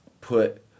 put